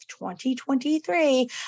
2023